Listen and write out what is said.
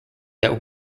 that